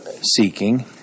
seeking